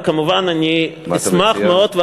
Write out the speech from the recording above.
וכמובן, אני אשמח מאוד, מה אתה מציע?